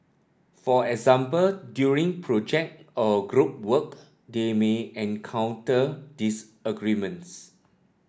for example during project or group work they may encounter disagreements